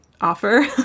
offer